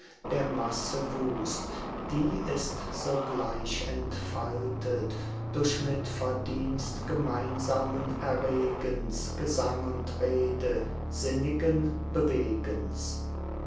der masse wust die ist sogleich entfaltet durch mitverdienst gemeinsamen erregens gesang und rede sinnigen bewegens